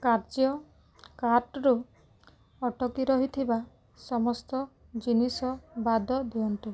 କାର୍ଯ୍ୟ କାର୍ଟରୁ ଅଟକି ରହିଥିବା ସମସ୍ତ ଜିନିଷ ବାଦ୍ ଦିଅନ୍ତୁ